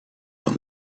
when